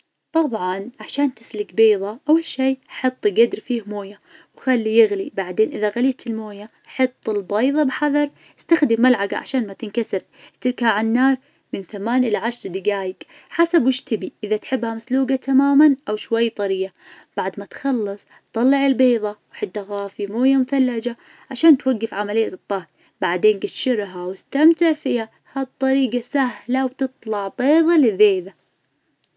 طبعا عشان تسلق بيظة أول شي حط قدر فيه مويه وخليه يغلي، بعدين إذا غليت المويه حط البيظة بحذر استخدم ملعقة عشان ما تنكسر أتركها عالنار من ثمان إلى عشر دقايق حسب وايش تبي إذا تحبها مسلوقة تماما أو شوي طرية. بعد ما تخلص طلع البيظة وحطها في مويه مثلجة عشان توقف عملية الطهي، بعدين قشرها واستمتع فيها ها الطريقة سهلة وتطلع بيظة لذيذة.